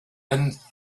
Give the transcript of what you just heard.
and